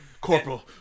Corporal